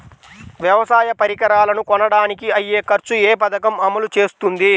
వ్యవసాయ పరికరాలను కొనడానికి అయ్యే ఖర్చు ఏ పదకము అమలు చేస్తుంది?